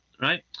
right